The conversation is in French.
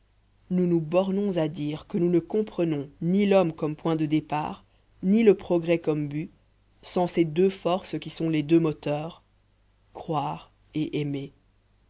nous nous bornons à dire que nous ne comprenons ni l'homme comme point de départ ni le progrès comme but sans ces deux forces qui sont les deux moteurs croire et aimer